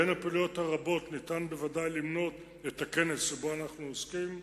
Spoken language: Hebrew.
בין הפעילויות הרבות ניתן בוודאי למנות את הכנס שבו אנחנו עוסקים,